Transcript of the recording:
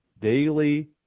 daily